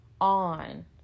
on